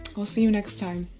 i'll see you next time.